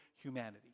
humanity